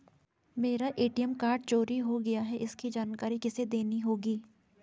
मेरा ATM card चोरी हो गया है इसकी जानकारी किसे देनी होगी?